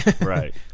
right